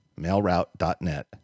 mailroute.net